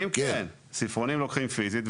ספרונים לוקחים פיסית,